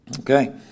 Okay